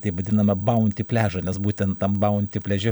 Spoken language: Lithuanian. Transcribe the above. taip vadinamą baunty pliažą nes būtent tam baunty pliaže